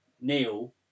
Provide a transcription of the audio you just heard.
Neil